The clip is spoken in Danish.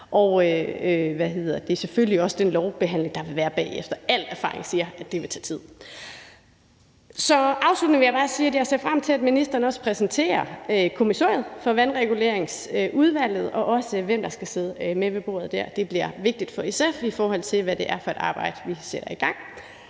sammen, og selvfølgelig også den lovbehandling, der vil være bagefter. Al erfaring siger, at det vil tage tid. Afsluttende vil jeg bare sige, at jeg ser frem til, at ministeren præsenterer kommissoriet for vandreguleringsudvalget og også, hvem der skal sidde med ved bordet der. Det bliver vigtigt, især i forhold til hvad det er for et arbejde, vi sætter i gang.